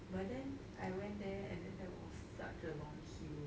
but then I went there and then there was such a long queue